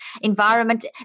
environment